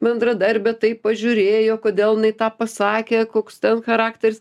bendradarbė taip pažiūrėjo kodėl jinai tą pasakė koks ten charakteris